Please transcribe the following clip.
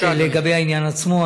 לגבי העניין עצמו.